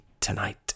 Tonight